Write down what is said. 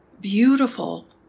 beautiful